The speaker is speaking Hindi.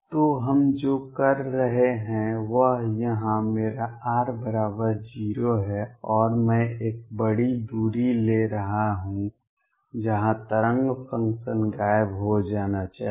तो हम जो कर रहे हैं वह यहां मेरा r 0 है और मैं एक बड़ी दूरी ले रहा हूं जहां तरंग फ़ंक्शन गायब हो जाना चाहिए